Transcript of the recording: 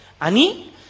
ani